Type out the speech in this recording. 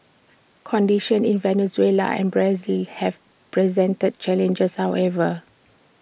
conditions in Venezuela and Brazil have presented challenges however